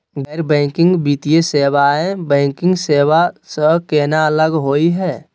गैर बैंकिंग वित्तीय सेवाएं, बैंकिंग सेवा स केना अलग होई हे?